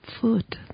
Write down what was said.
food